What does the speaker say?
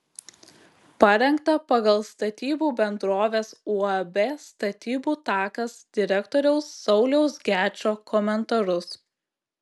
parengta pagal statybų bendrovės uab statybų takas direktoriaus sauliaus gečo komentarus